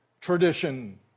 tradition